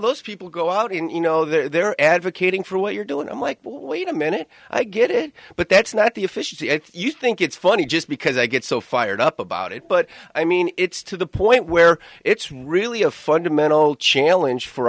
those people go out and you know they're advocating for what you're doing i'm like wait a minute i get it but that's not the efficiency you think it's funny just because i get so fired up about it but i mean it's to the point where it's really a fundamental challenge for